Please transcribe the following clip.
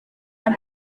dan